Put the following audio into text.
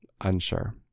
Unsure